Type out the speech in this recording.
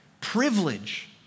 Privilege